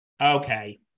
Okay